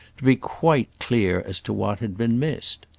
to be quite clear as to what had been missed.